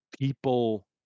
people